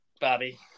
Bobby